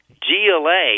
GLA